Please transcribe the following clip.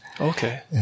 Okay